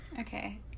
okay